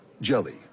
Jelly